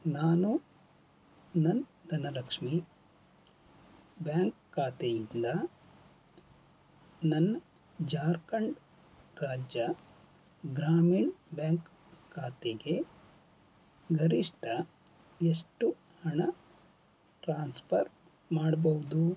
ನಾನು ನನ್ನ ಧನಲಕ್ಷ್ಮಿ ಬ್ಯಾಂಕ್ ಖಾತೆಯಿಂದ ನನ್ನ ಜಾರ್ಖಂಡ್ ರಾಜ್ಯ ಗ್ರಾಮೀಣ್ ಬ್ಯಾಂಕ್ ಖಾತೆಗೆ ಗರಿಷ್ಠ ಎಷ್ಟು ಹಣ ಟ್ರಾನ್ಸ್ಪರ್ ಮಾಡ್ಬೌದು